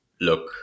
look